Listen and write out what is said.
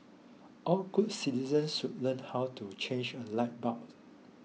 all good citizens should learn how to change a light bulb